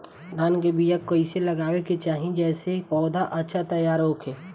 धान के बीया कइसे लगावे के चाही जेसे पौधा अच्छा तैयार होखे?